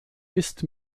ist